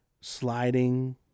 Sliding